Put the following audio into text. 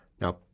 Now